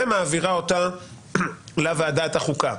ומעבירה אותן לוועדת החוקה.